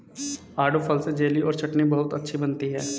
आड़ू फल से जेली और चटनी बहुत अच्छी बनती है